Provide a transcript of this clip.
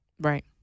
Right